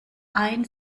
ein